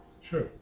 Sure